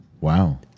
Wow